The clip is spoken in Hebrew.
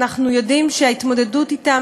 אנחנו יודעים שההתמודדות אתם,